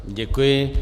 Děkuji.